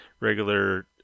regular